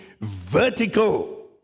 vertical